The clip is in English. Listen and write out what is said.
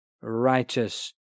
righteous